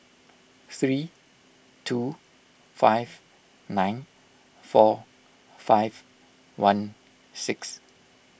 three two five nine four five one six